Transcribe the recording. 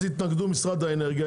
אז יתנגדו משרד האנרגיה,